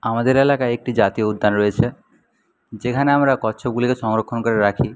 আমাদের এলাকায় একটি জাতীয় উদ্যান রয়েছে যেখানে আমরা কচ্ছপগুলিকে সংরক্ষণ করে রাখি